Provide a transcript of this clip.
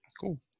cool